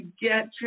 get